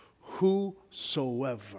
Whosoever